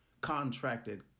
contracted